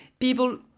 people